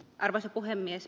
arvoisa puhemies